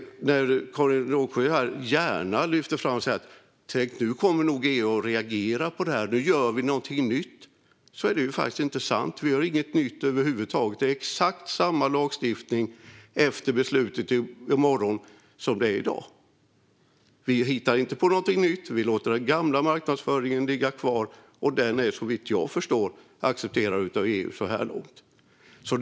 Karin Rågsjö lyfter gärna fram EU och säger att EU nog kommer att reagera på det här och att vi nu gör någonting nytt. Det är faktiskt inte sant. Det är inget nytt över huvud taget. Det är exakt samma lagstiftning efter beslutet i morgon som det är i dag. Vi hittar inte på någonting nytt. Vi låter den gamla marknadsföringen ligga kvar. Därmed är den, såvitt jag förstår, så här långt accepterad av EU.